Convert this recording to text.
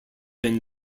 been